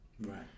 right